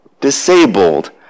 disabled